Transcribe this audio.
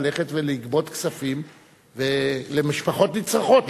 ללכת ולגבות כספים למשפחות נצרכות,